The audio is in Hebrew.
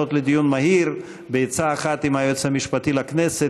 הצעות לדיון מהיר: בעצה אחת עם היועץ המשפטי לכנסת